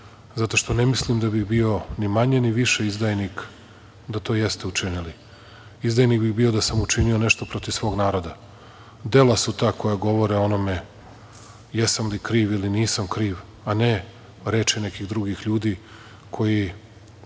zato što ne mislim da bih bio ni manje, ni više izdajnik da to jeste učinili. Izdajnik bih bio da sam učinio nešto protiv svog naroda. Dela su ta koja govore o onome jesam li kriv ili nisam kriv, a ne reči nekih drugih ljudi, koji